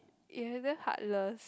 eh you damn heartless